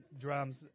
drums